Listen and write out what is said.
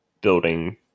building